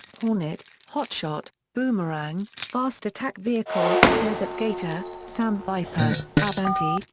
hornet, hotshot, boomerang, fast attack vehicle, desert gator, sand viper, avante,